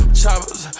choppers